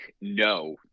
no